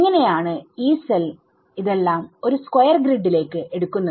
എങ്ങനെ ആണ് Yee സെൽഇതെല്ലാം ഒരു സ്ക്വയർ ഗ്രിഡ് ലേക്ക് എടുക്കുന്നത്